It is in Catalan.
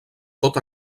tot